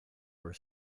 were